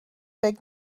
big